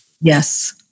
yes